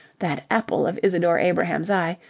that apple of isadore abrahams' eye,